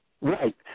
right